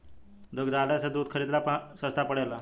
दुग्धालय से दूध खरीदला पर सस्ता पड़ेला?